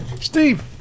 Steve